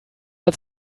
der